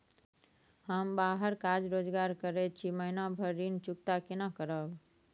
हम बाहर काज रोजगार करैत छी, महीना भर ऋण चुकता केना करब?